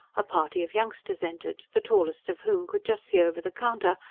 a party of youngsters entered, the tallest of whom could just see over the counter,